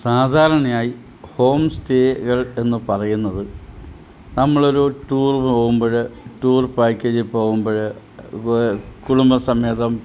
സാധാരണയായി ഹോം സ്റ്റേകൾ എന്നു പറയുന്നത് നമ്മൾ ഒരു ടൂർ പോകുമ്പഴ് ടൂർ പാക്കേജിൽ പോകുമ്പഴ് കുടുംബസമേതം